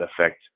affect